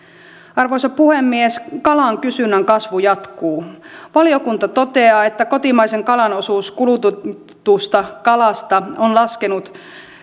arvoisa puhemies kalan kysynnän kasvu jatkuu valiokunta toteaa että kotimaisen kalan osuus kulutetusta kalasta on laskenut